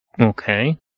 Okay